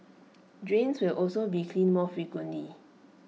drains will also be cleaned more frequently